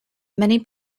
many